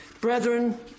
Brethren